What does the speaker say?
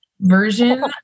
version